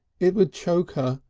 it would choke her,